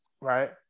right